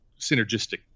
synergistic